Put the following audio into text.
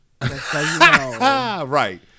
right